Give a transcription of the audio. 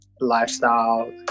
lifestyle